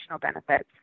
benefits